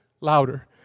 louder